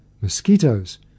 mosquitoes